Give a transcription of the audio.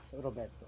Roberto